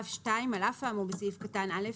(ו2)על אף האמור בסעיף קטן (א),